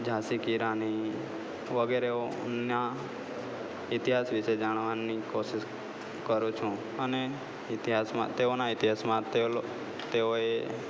ઝાંસી કી રાની વગેરેઓના ઇતિહાસ વિષે જાણવાની કોશીશ કરું છું અને ઇતિહાસમાં તેઓના ઇતિહાસમાં તેઓ તેઓએ